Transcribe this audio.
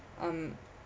um